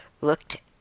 looked